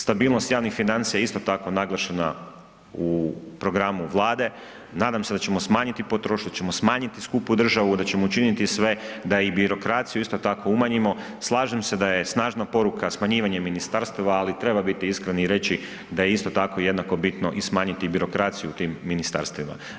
Stabilnost javnih financija je isto tako naglašena u programu vlade, nadam se da ćemo smanjiti potrošnju, da ćemo smanjiti skupu državu, da ćemo učiniti sve da i birokraciju isto tako umanjimo, slažem se da je snažna poruka smanjivanje ministarstava, ali treba biti iskren i reći da je isto tako jednako bitno smanjiti i birokraciju u tim ministarstvima.